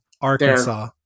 Arkansas